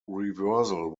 reversal